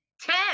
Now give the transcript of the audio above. Ten